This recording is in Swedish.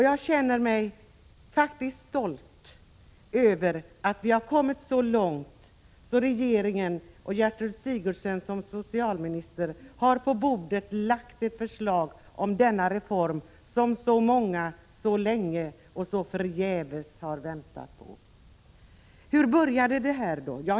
Jag känner mig faktiskt stolt över att regeringen med socialminister Gertrud Sigurdsen i spetsen framlagt ett förslag om en reform som så många länge och förgäves har väntat på. Hur började då det hela?